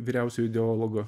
vyriausiuoju ideologu